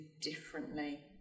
differently